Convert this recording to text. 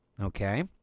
okay